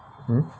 uh